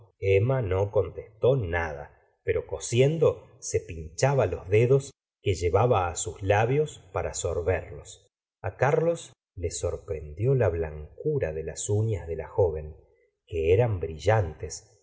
emma no contestó nada pero cosiendo se pinchaba los dedos que llevaba á sus labios para sorberlos a carlos le sorprendió la blancura de las uñas de la joven que eran brillantes